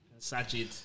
Sajid